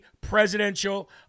presidential